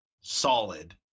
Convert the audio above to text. Solid